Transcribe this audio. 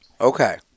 Okay